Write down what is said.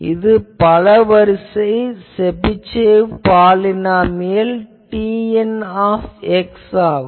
இது பல வரிசை செபிஷேவ் பாலினாமியல் Tn ஆகும்